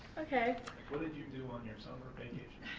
okay what did you do on your summer vacation,